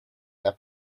their